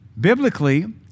Biblically